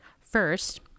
First